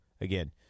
again